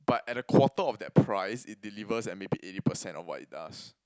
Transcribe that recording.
but at the quarter of that price it delivers like maybe eighty percent of what it does